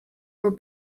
were